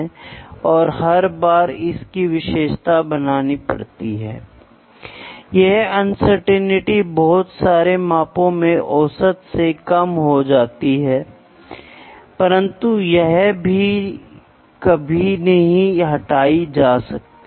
तो फिर नए प्रोडक्ट में आप हमेशा यह समझने की कोशिश करेंगे कि एक भिन्नता क्या है और फिर यह भिन्नता आपको प्रक्रिया को ठीक से चुनने की ओर ले जाएगी